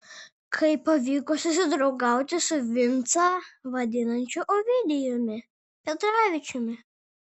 kaip pavyko susidraugauti su vincą vaidinančiu ovidijumi petravičiumi